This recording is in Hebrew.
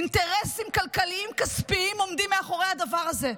אינטרסים כלכליים כספיים עומדים מאחורי הדבר הזה.